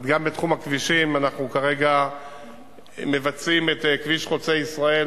אז בתחום הכבישים אנחנו כרגע מבצעים את כביש חוצה-ישראל,